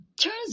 Turns